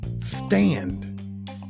stand